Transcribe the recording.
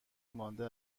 مانده